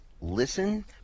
listen